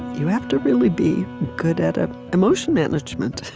you have to really be good at ah emotion management.